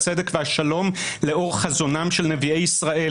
הצדק והשלום לאור חזונם של נביאי ישראל,